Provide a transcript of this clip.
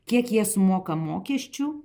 kiek jie sumoka mokesčių